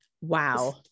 wow